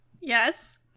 Yes